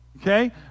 Okay